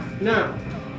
Now